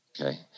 okay